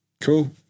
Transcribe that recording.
cool